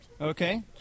Okay